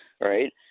right